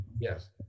yes